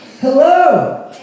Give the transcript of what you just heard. Hello